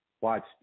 watch